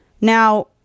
Now